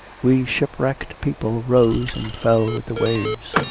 we shipwrecked people rose and fell with the waves.